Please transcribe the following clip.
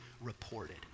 reported